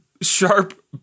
sharp